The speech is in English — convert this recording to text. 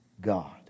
God